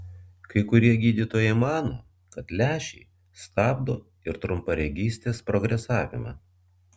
kai kurie gydytojai mano kad lęšiai stabdo ir trumparegystės progresavimą